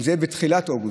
אם זה יהיה בתחילת אוגוסט,